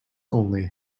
only